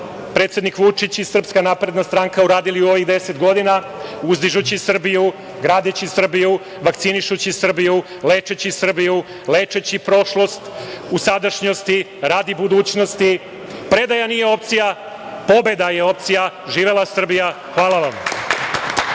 predsednik Vučić i SNS uradili u ovih 10 godina, uzdižući Srbiju, gradeći Srbiju, vakcinišući Srbiju, lečeći Srbiju, lečeći prošlost u sadašnjosti, a radi budućnosti. Predaja nije opcija! Pobeda je opcija! Živela Srbija! Hvala vam!